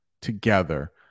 together